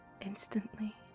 instantly